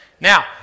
Now